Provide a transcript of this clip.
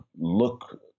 look –